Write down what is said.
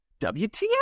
WTF